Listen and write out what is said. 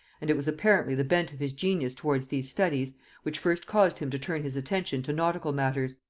and it was apparently the bent of his genius towards these studies which first caused him to turn his attention to nautical matters.